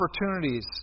opportunities